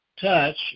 touch